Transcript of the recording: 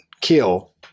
kill